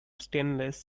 stainless